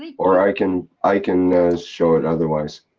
or i can, i can show it otherwise.